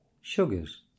Sugars